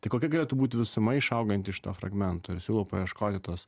tai kokia galėtų būti visuma išauganti iš to fragmento ir siūlau paieškoti tos